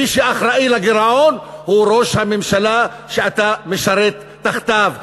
מי שאחראי לגירעון הוא ראש הממשלה שאתה משרת תחתיו,